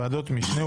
ועדות משנה,